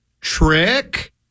Trick